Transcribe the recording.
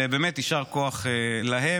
ובאמת, יישר כוח להן.